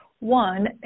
One